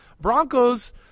Broncos